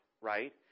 right